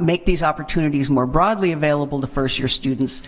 make these opportunities more broadly available to first year students,